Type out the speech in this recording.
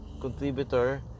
contributor